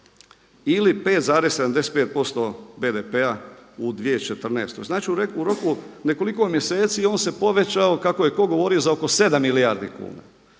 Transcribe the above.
ili 5,75% BDP-a u 2014, znači u roku nekoliko mjeseci on se povećao kako je ko govorio za oko 7 milijardi kuna.